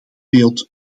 beeld